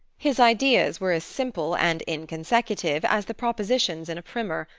his ideas were as simple and inconsecutive as the propositions in a primer,